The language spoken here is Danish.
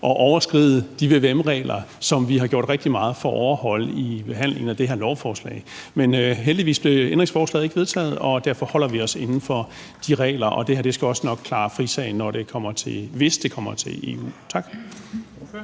at overskride de vvm-regler, som vi har gjort rigtig meget for at overholde i behandlingen af det her lovforslag. Men heldigvis blev ændringsforslaget ikke vedtaget, og derfor holder vi os inden for de regler, og det her skal også nok klare frisag, hvis det kommer til EU. Tak.